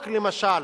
למשל